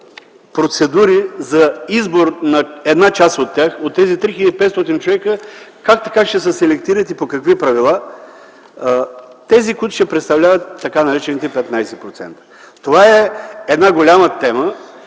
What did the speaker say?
процедури за избор на една част от тях, от тези 3500 човека - как така ще се селектират и по какви правила тези, които ще представляват така наречените 15%?! Това е голяма тема